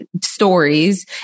stories